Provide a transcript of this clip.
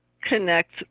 connect